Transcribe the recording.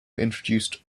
introduced